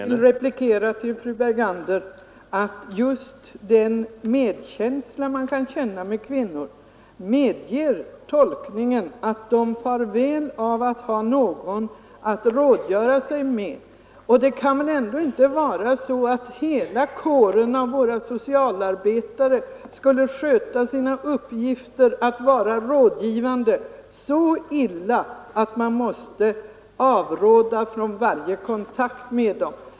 Herr talman! Jag vill replikera till fru Bergander att just den medkänsla som man kan känna med kvinnor i denna situation medger tolkningen att de far väl av att ha någon att rådgöra med. Det kan väl ändå inte vara så att hela kåren av socialarbetare skulle sköta sina rådgivande uppgifter så illa att man måste avråda från varje kontakt med dem.